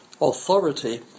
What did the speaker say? authority